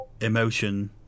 emotion